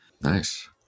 Nice